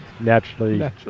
Naturally